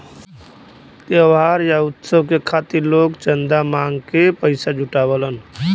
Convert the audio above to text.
त्योहार या उत्सव के खातिर लोग चंदा मांग के पइसा जुटावलन